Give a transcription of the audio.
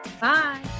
Bye